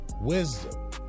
wisdom